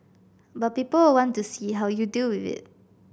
but people will want to see how you deal with it